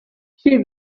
she